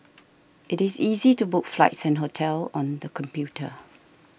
it is easy to book flights and hotels on the computer